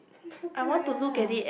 eh so cute ya